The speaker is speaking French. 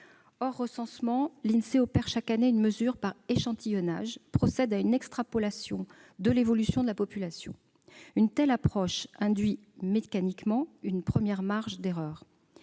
Hors recensement, l'Insee opère chaque année une mesure par échantillonnage et procède à une extrapolation de l'évolution de la population. Une telle approche induit mécaniquement une première marge d'erreur.